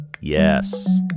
Yes